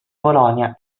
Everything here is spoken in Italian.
polonia